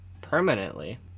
Permanently